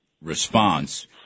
response